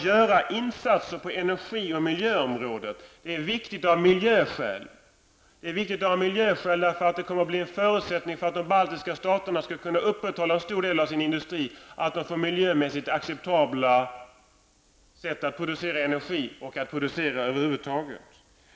Av miljöskäl är det viktigt att göra insatser på energi och miljöområdet, eftersom detta kommer att bli en förutsättning för att de baltiska staterna skall kunna upprätthålla en stor del av sin industri. De måste få miljömässigt acceptabla sätt att producera energi och producera över huvud taget.